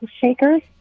shakers